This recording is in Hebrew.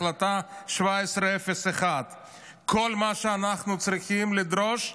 החלטה 1701. כל מה שאנחנו צריכים לדרוש,